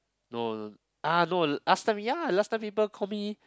no no ah no last time ya last time people call me